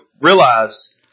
realize